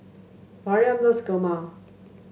Mariam loves kurma